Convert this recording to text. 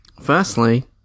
Firstly